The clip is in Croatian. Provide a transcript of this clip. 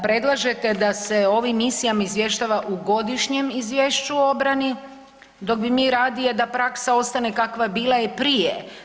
Predlažete da se o ovim misijama izvještava u godišnjem izvješću o obrani, dok bi mi radije da praksa ostane kakva je bila i prije.